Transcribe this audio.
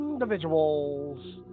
Individuals